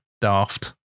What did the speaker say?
daft